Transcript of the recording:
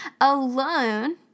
alone